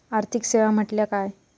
आर्थिक सेवा म्हटल्या काय?